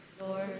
Lord